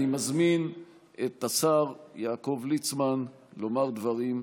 אני מזמין את השר יעקב ליצמן לומר דברים לזכרו.